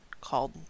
called